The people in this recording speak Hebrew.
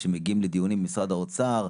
כשמגיעים לדיונים עם משרד האוצר,